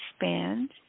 expand